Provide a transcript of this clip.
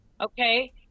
Okay